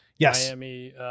Miami